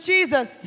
Jesus